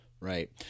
Right